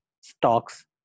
stocks